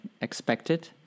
expected